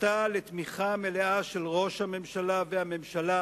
זכתה לתמיכה מלאה של ראש הממשלה והממשלה,